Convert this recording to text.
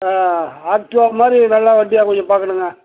ஆ Activa மாதிரி நல்ல வண்டியாக கொஞ்சம் பார்க்கணுங்க